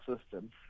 system